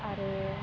आरो